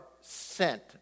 sent